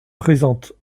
présente